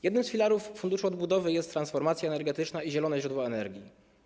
Jednym z filarów Funduszu Odbudowy jest transformacja energetyczna i zielone źródła energii.